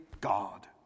God